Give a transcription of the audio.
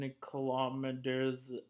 kilometers